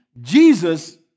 Jesus